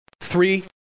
Three